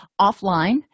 offline